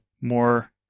more